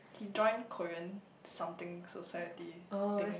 he join Korean something society thing